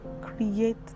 create